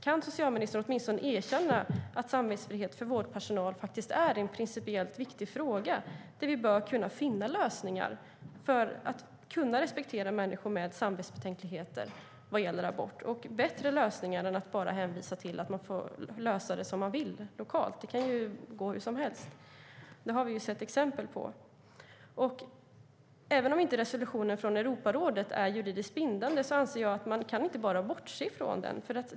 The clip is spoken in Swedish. Kan socialministern åtminstone erkänna att samvetsfrihet för vårdpersonal faktiskt är en principiellt viktig fråga, där vi bör kunna finna lösningar för att respektera människor med samvetsbetänkligheter när det gäller abort? Det behövs bättre lösningar än att bara säga att man får lösa det som man vill lokalt. Det kan ju gå hur som helst. Det har vi sett exempel på. Även om resolutionen från Europarådet inte är juridiskt bindande kan man inte bara bortse från den.